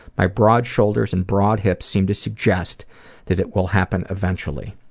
my broad shoulders and broad hips seem to suggest that it will happen eventually.